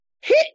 hit